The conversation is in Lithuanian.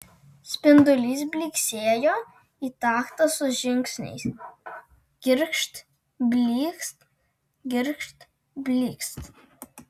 spindulys blyksėjo į taktą su žingsniais girgžt blykst girgžt blykst